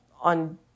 on